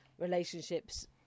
relationships